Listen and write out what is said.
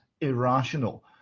irrational